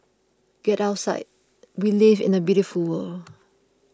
get outside we live in a beautiful world